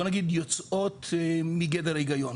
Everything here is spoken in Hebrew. נקרא להן יוצאות מגדר היגיון.